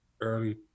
early